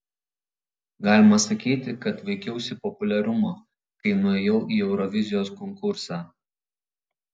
galima sakyti kad vaikiausi populiarumo kai nuėjau į eurovizijos konkursą